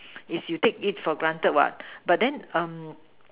is you take it for granted what but then